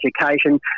education